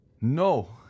No